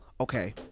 Okay